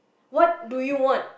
what do you want